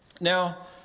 Now